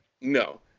No